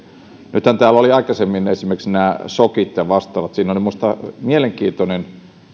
sektoriin täällä olivat aikaisemmin esimerkiksi nämä shokit ja vastaavat siinä oli minusta mielenkiintoinen